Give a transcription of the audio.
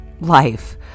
life